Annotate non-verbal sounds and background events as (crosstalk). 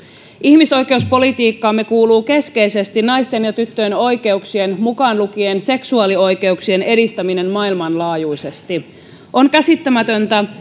ihmisoikeuspolitiikkaamme kuuluu keskeisesti naisten ja tyttöjen oikeuksien mukaan lukien seksuaalioikeuksien edistäminen maailmanlaajuisesti on käsittämätöntä (unintelligible)